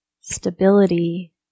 stability